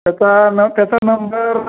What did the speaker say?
त्याचा न त्याचा नंबर